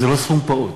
זה לא סכום פעוט,